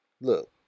Look